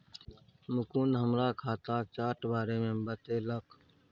मुकुंद हमरा खाताक चार्ट बारे मे बतेलक